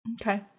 Okay